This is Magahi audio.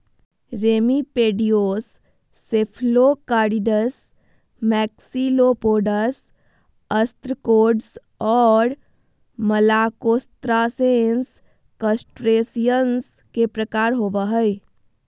रेमिपेडियोस, सेफलोकारिड्स, मैक्सिलोपोड्स, ओस्त्रकोड्स, और मलाकोस्त्रासेंस, क्रस्टेशियंस के प्रकार होव हइ